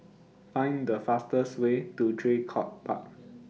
Find The fastest Way to Draycott Park